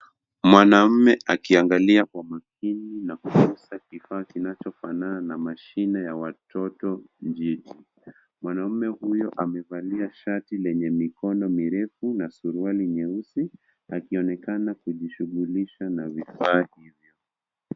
Mwanaume akiangalia kwa makini na kuguza kifaa kinachofanana na mashine ya watoto njiti. Mwanaume huyo amevalia shati lenye mikono mirefu na suruali nyeusi akionekana kujishughulisha na vifaa hivyo.